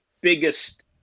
biggest